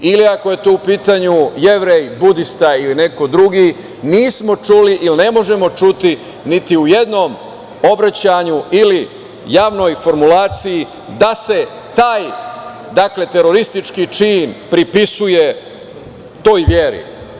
Ili ako je u pitanju Jevrej, Budista ili neko drugi, nismo čuli ili ne možemo čuti niti u jednom obraćanju ili javnoj formulaciji da se taj teroristički čin pripisuje toj veri.